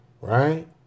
right